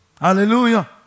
Hallelujah